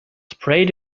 sprayed